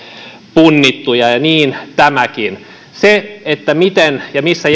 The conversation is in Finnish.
punnittuja ja niin tämänkin se miten ja missä